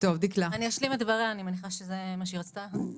שוב ושוב את התיקונים שחשבנו שהם ראויים,